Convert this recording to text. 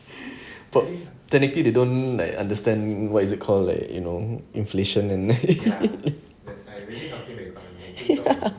but technically they don't like understand why is it called like you know inflation and then